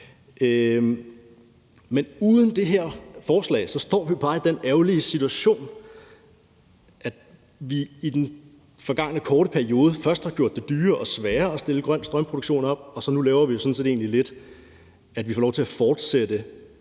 Men uden det her forslag står vi bare i den ærgerlige situation, at vi i den forgangne korte periode først vil have gjort det dyrere og sværere at stille en grøn strømproduktion op, og at vi jo nu egentlig lidt gør det sådan, at vi får lov til at fortsætte